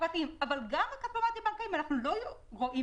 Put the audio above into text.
אבל בכספומטים הבנקאיים אנחנו לא רואים